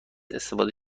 استفاده